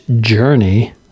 journey